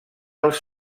els